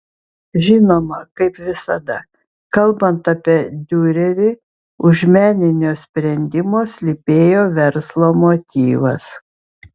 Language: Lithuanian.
žinoma kaip visada kalbant apie diurerį už meninio sprendimo slypėjo verslo motyvas